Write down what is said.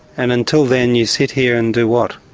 and until then you sit here and do what?